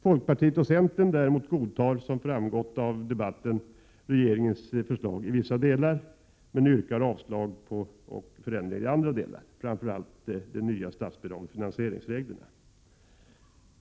Folkpartiet och centern däremot godtar, som framgått av debatten, regeringens förslag i vissa delar, men yrkar avslag på förändringar i andra delar, framför allt de nya statsbidragsoch finansieringsreglerna.